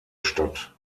statt